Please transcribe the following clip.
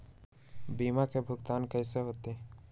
बीमा के भुगतान कैसे होतइ?